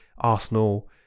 Arsenal